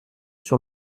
sur